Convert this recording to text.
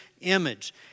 image